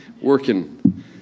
working